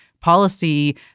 policy